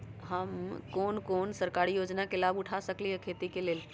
हम कोन कोन सरकारी योजना के लाभ उठा सकली ह खेती के लेल?